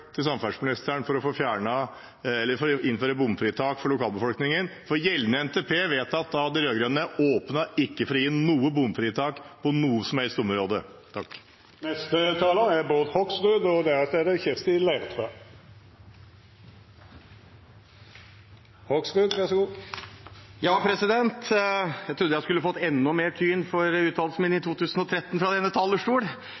til samferdselsministeren for å få innført bomfritak for lokalbefolkningen. Gjeldende NTP, vedtatt av de rød-grønne, åpnet ikke for å gi noe bomfritak på noe som helst område. Jeg trodde jeg skulle få enda mer tyn for